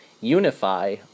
unify